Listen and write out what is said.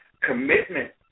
commitment